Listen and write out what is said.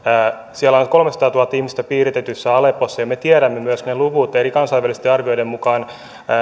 siellä on kolmesataatuhatta ihmistä piiritetyssä aleppossa ja me tiedämme myös ne luvut kansainvälisten arvioiden mukaan